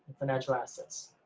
financial assets.